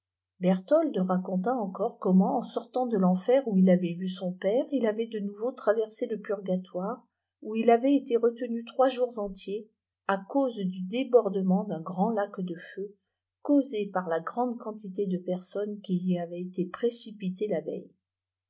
raconta encore comment en sortant de teofer où il avait vu son père il avait de nouveau traversé le purgatoire où il avait été retenu trois jours entiers à cause du débordement d'un grand lac de feu causé par la grande quantité de personnes quj y avaientété précipitées la veille